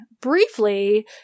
briefly